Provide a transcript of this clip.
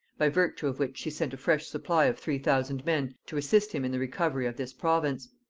by virtue of which she sent a fresh supply of three thousand men to assist him in the recovery of this province.